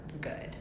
good